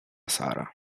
sara